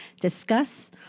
discuss